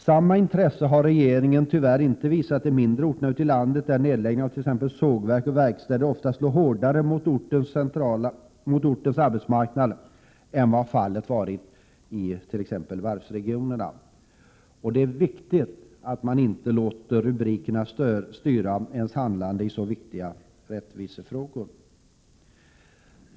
Samma intresse har regeringen tyvärr inte visat de mindre orterna ute i landet, där nedläggningen av t.ex. sågverk och verkstäder ofta slår hårdare på ortens arbetsmarknad än vad fallet varit i varvsregionerna. Det är viktigt att man inte låter rubrikerna styra ens handlande i så väsentliga rättvisefrågor.